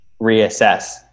reassess